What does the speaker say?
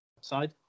side